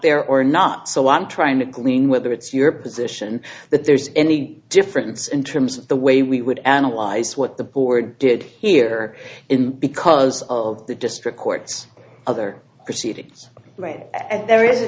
there or not so one trying to glean whether it's your position that there's any difference in terms of the way we would analyze what the poor did here in because of the district court's other proceedings read at there is a